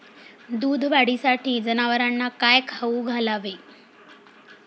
दूध वाढीसाठी जनावरांना काय खाऊ घालावे?